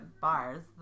bars